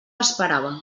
esperava